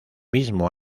mismo